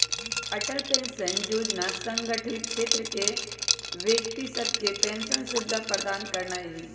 Atal pension Yojana असंगठित क्षेत्र के व्यक्ति सभके पेंशन सुविधा प्रदान करनाइ हइ